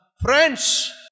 friends